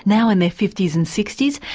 now in their fifty s and sixty s.